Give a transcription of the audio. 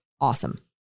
awesome